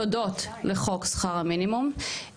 תודות לחוק שכר המינימום,